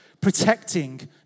Protecting